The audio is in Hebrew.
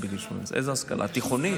תיכונית?